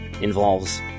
involves